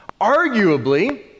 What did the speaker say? Arguably